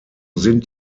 sind